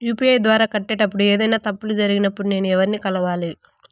UPI ద్వారా కట్టేటప్పుడు ఏదైనా తప్పులు జరిగినప్పుడు నేను ఎవర్ని కలవాలి?